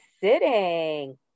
sitting